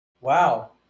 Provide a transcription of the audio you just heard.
Wow